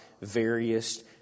various